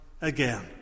again